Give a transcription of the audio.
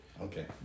Okay